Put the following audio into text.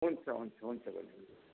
हुन्छ हुन्छ हुन्छ बहिनी